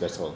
time